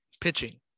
pitching